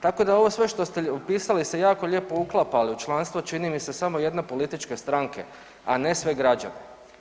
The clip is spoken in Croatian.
Tako da ovo sve što ste opisali se jako lijepo uklapa ali u članstvo čini mi se samo jedne političke stranke, a ne sve građane.